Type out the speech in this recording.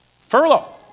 furlough